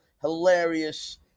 hilarious